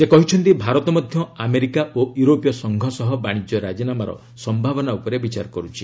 ସେ କହିଛନ୍ତି ଭାରତ ମଧ୍ୟ ଆମେରିକା ଓ ୟୁରୋପୀୟ ସଂଘ ସହ ବାଣିଜ୍ୟ ରାଜିନାମାର ସମ୍ଭାବନା ଉପରେ ବିଚାର କରୁଛି